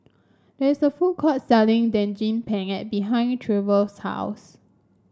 there is a food court selling Daging Penyet behind Trever's house